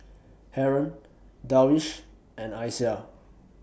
Haron Darwish and Aisyah